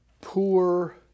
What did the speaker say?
poor